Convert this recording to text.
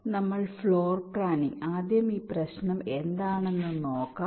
അതിനാൽ floor planning നമുക്ക് ആദ്യം ഈ പ്രശ്നം എന്താണെന്ന് നോക്കാം